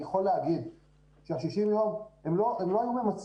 אני יכול לומר שה-60 ימים הם לא ממצים.